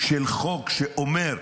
של חוק שאומר: